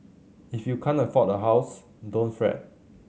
if you can't afford a house don't fret